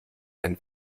ein